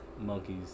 monkeys